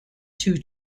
two